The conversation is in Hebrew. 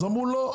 אז אמרו- לא,